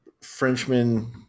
Frenchman